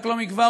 לא מכבר,